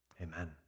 Amen